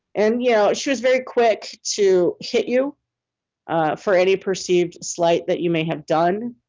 and you know she was very quick to hit you ah for any perceived slight that you may have done.